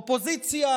אופוזיציה